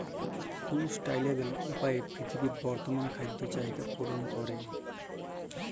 sustainable উপায়ে পীরথিবীর বর্তমাল খাদ্য চাহিদ্যা পূরল ক্যরে